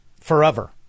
forever